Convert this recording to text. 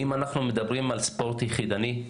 אם אנחנו מדברים על ספורט יחידני,